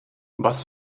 was